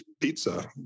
pizza